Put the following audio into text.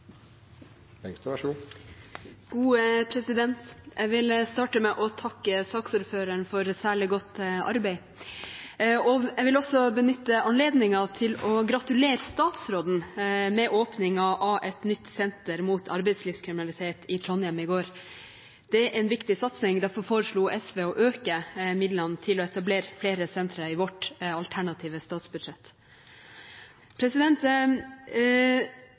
Jeg vil starte med å takke saksordføreren for særlig godt arbeid. Jeg vil også benytte anledningen til å gratulere statsråden med åpningen av et nytt senter mot arbeidslivskriminalitet i Trondheim i går. Det er en viktig satsing. Derfor foreslo SV i vårt alternative statsbudsjett å øke midlene til å etablere flere sentre. Jeg synes det er underlig at regjeringspartiene og Venstre i